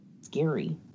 scary